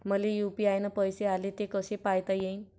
मले यू.पी.आय न पैसे आले, ते कसे पायता येईन?